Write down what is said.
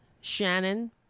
Shannon